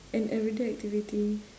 an everyday activity